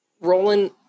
Roland